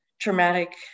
traumatic